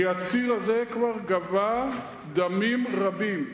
כי הציר הזה כבר גבה דמים רבים.